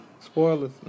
Spoilers